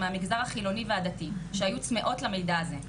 מהמגזר החילוני והדתי שהיו צמאות למידע הזה.